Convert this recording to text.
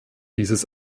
dieses